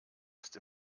ist